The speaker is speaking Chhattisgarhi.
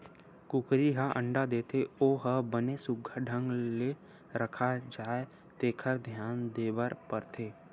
कुकरी ह अंडा देथे ओ ह बने सुग्घर ढंग ले रखा जाए तेखर धियान देबर परथे